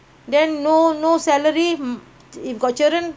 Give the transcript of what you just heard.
then food how